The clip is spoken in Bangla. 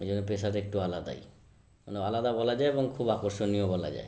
এই জন্য পেশাটা একটু আলাদাই মানে আলাদা বলা যায় এবং খুব আকর্ষণীয় বলা যায়